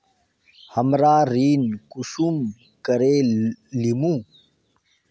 हमरा ऋण कुंसम करे लेमु?